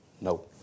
No